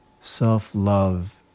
self-love